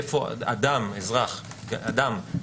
איפה אדם גלש,